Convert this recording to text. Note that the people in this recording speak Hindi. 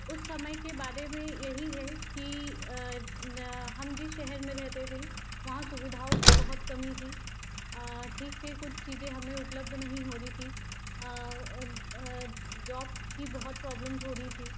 उस समय के बारे में यही है कि हम जिस शहर में रहते थे वहाँ सुविधाओं की बहुत कमी थी ठीक से कुछ चीज़ें हमें उपलब्ध नहीं हो रही थी जॉब की बहुत प्रॉब्लम्स हो रही थी